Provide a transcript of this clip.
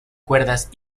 cuerdas